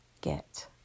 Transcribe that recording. get